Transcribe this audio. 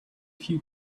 few